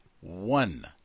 one